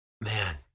man